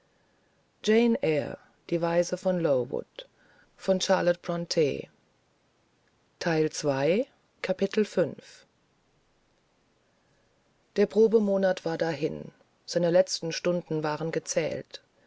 der probemonat war dahin seine letzten stunden waren gezählt